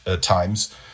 times